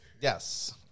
Yes